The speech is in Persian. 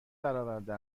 درآورده